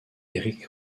eric